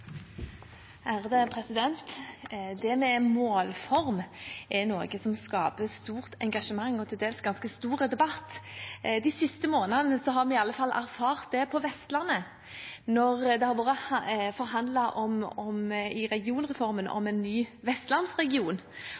noe som skaper stort engasjement og til dels ganske stor debatt. De siste månedene har vi iallfall erfart det på Vestlandet, når det har blitt forhandlet om